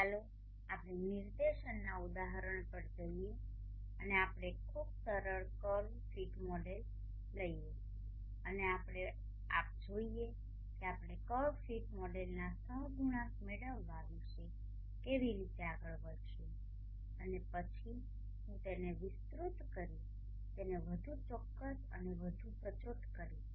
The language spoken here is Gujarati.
ચાલો આપણે નિદર્શનના ઉદાહરણ પર જઈએ અને આપણે એક ખૂબ સરળ કર્વ ફીટ મોડેલ લઈએ અને આપણે જોઈએ કે આપણે કર્વ ફિટ મોડેલના સહગુણાંક મેળવવા વિશે કેવી રીતે આગળ વધશુ અને પછી હું તેને વિસ્તૃત કરી તેને વધુ ચોક્કસ અને વધુ સચોટ કરીશ